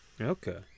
Okay